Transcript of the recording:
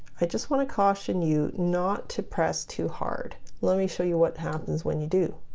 i just want to caution you not to press too hard let me show you what happens when you do